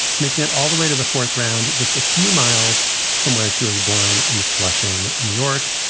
making it all the way to the fourth round, just a few miles from where she was born in flushing, new york,